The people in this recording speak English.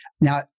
Now